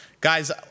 Guys